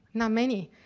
not many.